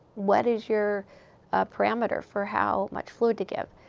what is your parameter for how much fluid to give?